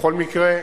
בכל מקרה,